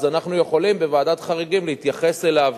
אז אנחנו יכולים בוועדת חריגים להתייחס אליו,